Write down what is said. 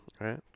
Right